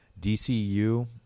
DCU